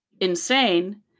insane